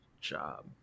job